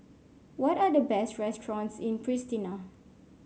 what are the best restaurants in Pristina